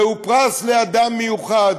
זהו פרס לאדם מיוחד,